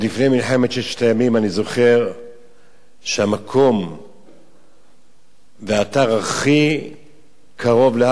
אני זוכר שהמקום והאתר הכי קרוב להר-הבית היה הר-ציון.